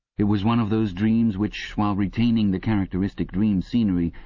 it was one of those dreams which, while retaining the characteristic dream scenery,